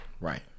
Right